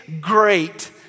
great